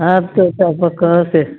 ಹಾಂ ಅದಕ್ಕೆ ಸ್ವಲ್ಪ ಕಳಿಸಿ